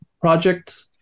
project